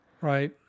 Right